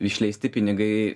išleisti pinigai